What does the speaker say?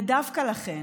ודווקא לכן,